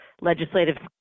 legislative